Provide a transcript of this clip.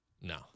No